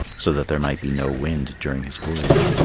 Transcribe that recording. so that there might be no wind during his voyage.